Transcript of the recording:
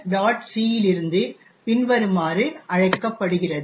c இலிருந்து பின்வருமாறு அழைக்கப்படுகிறது